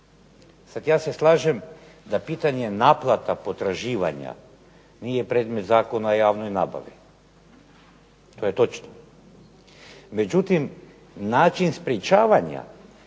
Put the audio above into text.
Sad ja se slažem da pitanje naplata potraživanja nije predmet Zakona o javnoj nabavi, to je točno. Međutim, način sprečavanja